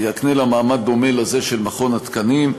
יקנה לה מעמד דומה לזה של מכון התקנים,